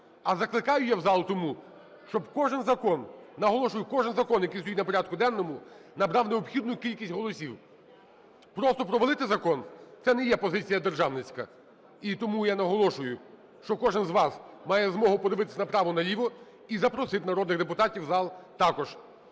А закликаю я в зал тому, щоб кожен закон, наголошую, кожен закон, який стоїть на порядку денному, набрав необхідну кількість голосів. Просто провалити закон - це не є позиція державницька. І тому я наголошую, що кожен з вас має змогу подивитись направо, наліво і запросити народних депутатів в зал також.